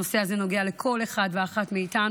הנושא הזה נוגע לכל אחד ואחת מאיתנו,